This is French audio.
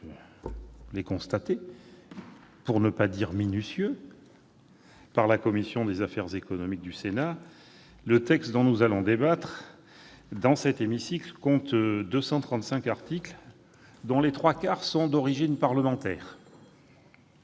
attentif- pour ne pas dire minutieux -par la commission des affaires économiques du Sénat, le texte dont nous allons débattre dans cet hémicycle compte 235 articles, dont les trois quarts sont d'origine parlementaire,